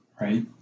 right